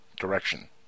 direction